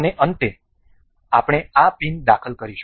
અને અંતે આપણે આ પિન દાખલ કરીશું